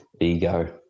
Ego